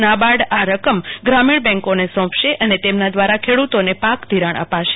નાબાર્ડ આ રકમ ગ્રામીણ બેન્કોને સોપશે અને તેમના વ્રારા ખેડુતોને પાક ધીરાણ અપાશે